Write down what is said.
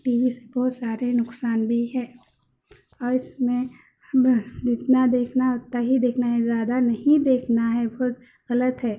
T V سے بہت سارے نقصان بھی ہے اور اس میں ہم جتنا دیکھنا ہے اتنا ہی دیکھنا ہے زیادہ نہیں دیکھنا ہے بہت غلط ہے